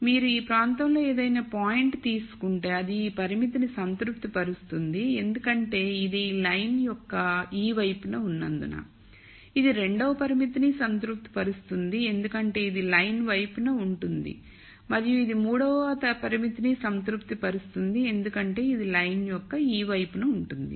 కాబట్టి మీరు ఈ ప్రాంతంలో ఏదైనా పాయింట్ తీసుకుంటే అది ఈ పరిమితిని సంతృప్తిపరుస్తుంది ఎందుకంటే ఇది ఈ లైన్ యొక్క ఈ వైపున ఉన్నందున ఇది రెండవ పరిమితిని సంతృప్తి పరుస్తుంది ఎందుకంటే ఇది లైన్ వైపు ఉంటుంది మరియు ఇది మూడవ పరిమితిని సంతృప్తిపరుస్తుంది ఎందుకంటే ఇది లైన్ యొక్క ఈ వైపు ఉంటుంది